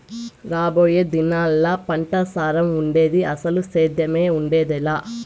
రాబోయే దినాల్లా పంటసారం ఉండేది, అసలు సేద్దెమే ఉండేదెలా